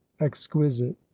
exquisite